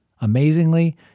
Amazingly